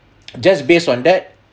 just based on that